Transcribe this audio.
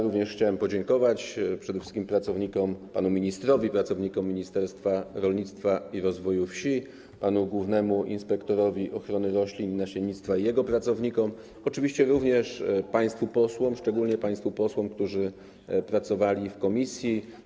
Również chciałem podziękować, przede wszystkim panu ministrowi, pracownikom Ministerstwa Rolnictwa i Rozwoju Wsi, panu głównemu inspektorowi ochrony roślin i nasiennictwa i jego pracownikom, oczywiście również państwu posłom, szczególnie państwu posłom, którzy pracowali w komisji.